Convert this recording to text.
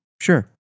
sure